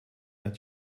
that